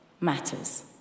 matters